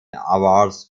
awards